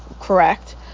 correct